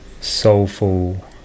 soulful